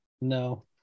No